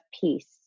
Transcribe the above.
peace